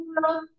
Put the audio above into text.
Hello